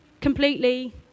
completely